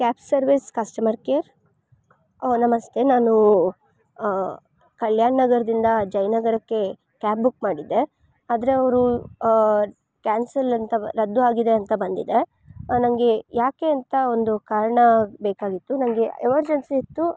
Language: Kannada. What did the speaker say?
cab service customer care oh ನಮಸ್ತೆ ನಾನು ಕಲ್ಯಾಣ್ ನಗರದಿಂದ ಜಯನಗರಕ್ಕೆ ಕ್ಯಾಬ್ ಬುಕ್ ಮಾಡಿದ್ದೆ ಆದರೆ ಅವರು ಕ್ಯಾನ್ಸಲ್ ಅಂತ ರದ್ದು ಆಗಿದೆ ಅಂತ ಬಂದಿದೆ ನನಗೆ ಯಾಕೆ ಅಂತ ಒಂದು ಕಾರಣ ಬೇಕಾಗಿತ್ತು ನನಗೆ ಎಮರ್ಜನ್ಸಿಯಿತ್ತು